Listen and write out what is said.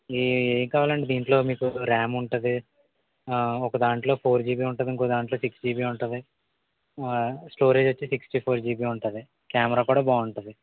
ఏ ఏమికావాలండి దీంట్లో మీకు ర్యామ్ ఉంటుంది ఒక దాంట్లో ఫోర్ జీబీ ఉంటుంది ఇంకో దాంట్లో సిక్స్ జీబీ ఉంటుంది ఆ స్టోరేజ్ వచ్చి సిక్స్టి ఫోర్ జీబీ ఉంటుంది కెమెరా కూడా బాగుంటుంది